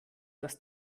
das